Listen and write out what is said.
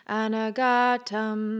anagatam